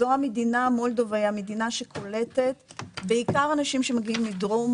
מולדובה היא המדינה שקולטת בעיקר אנשים שמגיעים מדרום